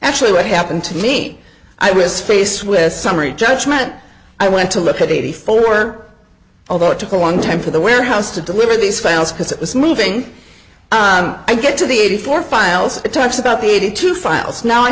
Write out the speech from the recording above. actually what happened to me i was faced with summary judgment i went to look at eighty four work although it took a long time for the warehouse to deliver these files because it was moving i get to the eighty four files it talks about the eighty two files now i